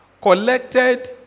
Collected